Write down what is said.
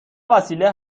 وسیله